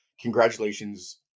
congratulations